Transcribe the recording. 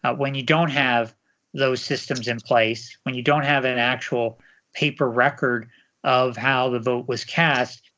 ah when you don't have those systems in place, when you don't have an actual paper record of how the vote was cast,